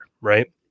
right